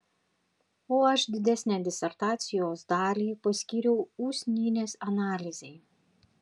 o aš didesnę disertacijos dalį paskyriau usnynės analizei